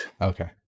Okay